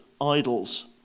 idols